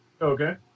okay